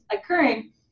occurring